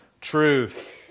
Truth